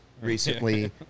recently